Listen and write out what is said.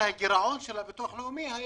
מבלי לשמוע פה את הביטוח הלאומי.